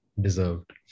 deserved